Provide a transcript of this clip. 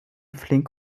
flink